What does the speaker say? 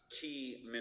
key